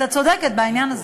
את צודקת בעניין הזה.